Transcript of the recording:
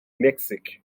mexique